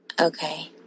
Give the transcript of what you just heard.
Okay